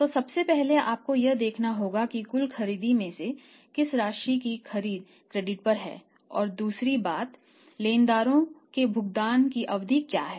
तो सबसे पहले आपको यह देखना होगा कि कुल खरीद में से किस राशि की खरीद क्रेडिट पर है और दूसरी बात लेनदारों के भुगतान की अवधि क्या है